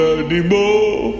anymore